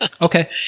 okay